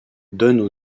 donnent